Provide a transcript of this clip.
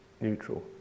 neutral